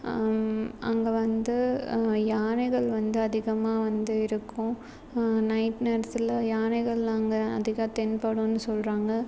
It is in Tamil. அங்கே வந்து யானைகள் வந்து அதிகமாக வந்து இருக்கும் நைட் நேரத்தில் யானைகள் அங்கே அதிக தென்படும்னு சொல்கிறாங்க